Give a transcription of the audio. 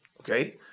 Okay